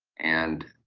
and